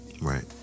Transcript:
Right